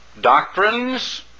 doctrines